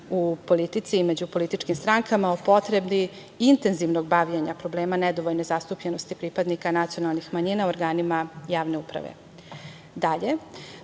u politici i među političkim strankama o potrebi intenzivnog bavljenja problema nedovoljne zastupljenosti pripadnika nacionalnih manjina u organima javne uprave. Dalje,